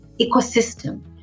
ecosystem